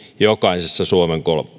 jokaisessa suomen